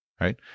right